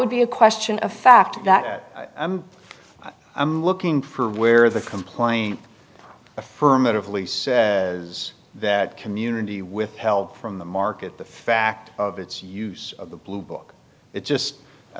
would be a question of fact that i'm i'm looking for where the complaint affirmatively says is that community with help from the market the fact of its use of the blue book it just i